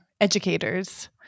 educators